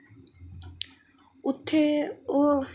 उत्थेैओह्